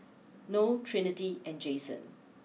Noe Trinity and Jason